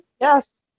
Yes